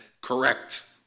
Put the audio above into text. correct